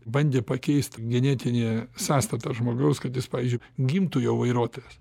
bandė pakeist genetinį sąstatą žmogaus kad jis pavyzdžiui gimtų jau vairuotojas